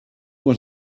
what